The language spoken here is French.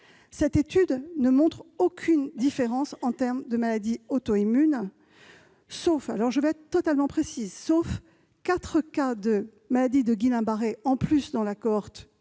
Cette étude ne montre aucune différence en termes de maladies auto-immunes sauf, pour être totalement précise, quatre cas de maladie de Guillain-Barré en plus dans la cohorte